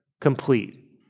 complete